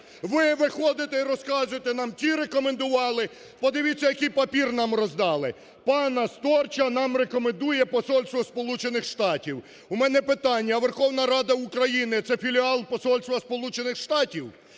Ви виходите і розказуєте нам, ті рекомендували… Подивіться, який папір нам роздали. Пана Сторча нам рекомендує Посольство Сполучених Штатах. У мене питання: а Верховна Рада України – це філіал Посольства Сполучених Штатах?